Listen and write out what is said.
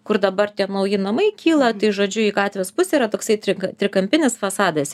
kur dabar tie nauji namai kyla tai žodžiu į gatvės pusę yra toksai trik trikampinis fasadas